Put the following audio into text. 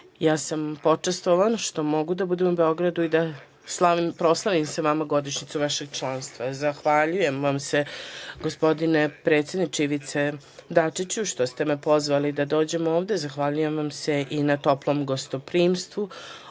uniji. Počastvovan sam što mogu da budem u Beogradu i da proslavim sa vama godišnjicu vašeg članstva. Zahvaljujem vas se gospodine predsedniče Ivice Dačiću što ste me pozvali da dođem ovde. Zahvaljujem vam se i na toplom gostoprimstvu.